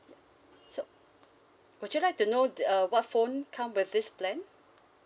so would you like to know th~ uh what phone come with this plan